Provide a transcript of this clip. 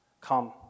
Come